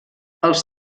els